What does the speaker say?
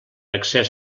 excés